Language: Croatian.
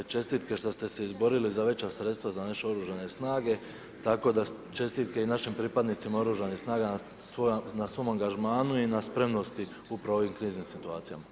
Čestitke što ste se izborili za veća sredstva za naše oružane snage, tako da čestite i našim pripadnicima oružanim snaga na svom angažmanu i na spremnosti upravo u ovim kriznim situacijama.